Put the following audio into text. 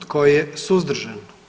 Tko je suzdržan?